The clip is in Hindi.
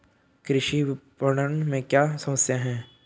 कृषि विपणन में क्या समस्याएँ हैं?